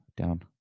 down